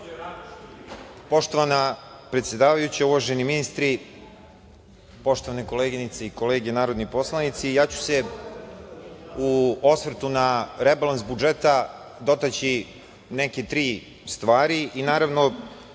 Poštovana predsedavajuća, uvaženi ministri, poštovane koleginice i kolege narodni poslanici, ja ću se u osvrtu na rebalans budžeta dotaći neke tri stvari. Naravno,